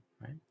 Right